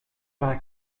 vingt